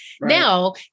Now